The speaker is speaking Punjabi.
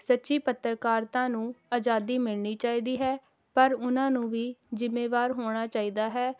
ਸੱਚੀ ਪੱਤਰਕਾਰਤਾ ਨੂੰ ਆਜ਼ਾਦੀ ਮਿਲਣੀ ਚਾਹੀਦੀ ਹੈ ਪਰ ਉਨਾਂ ਨੂੰ ਵੀ ਜ਼ਿੰਮੇਵਾਰ ਹੋਣਾ ਚਾਹੀਦਾ ਹੈ